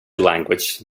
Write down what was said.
language